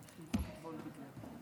חברת הכנסת גילה גמליאל,